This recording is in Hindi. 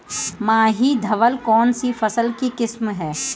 माही धवल कौनसी फसल की किस्म है?